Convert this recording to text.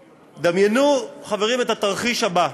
חברים, דמיינו את התרחיש הבא: